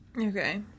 Okay